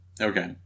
Okay